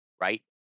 Right